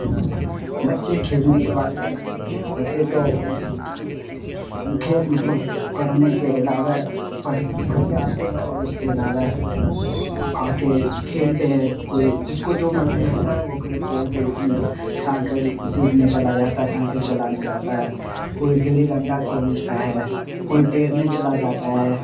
بچے کھیلنے کے بعد کیا کرتے ہیں بچے تو کھی مطلب پڑھنے کے علاوہ پڑھ پڑھ کے آتے ہیں اور اس کے علاوہ آ کے کھیلتے ہیں کوئی جس کو جو مرضی ہوتا ہے وہ کھیلتے ہیں کوئی سائکل سیکھنے چلا جاتا ہے سائکل چلانے جاتا ہے کوئی گلی ڈنٹہ کھیلتا ہے کوئی تیرنے چلا جاتا ہے